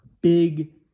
Big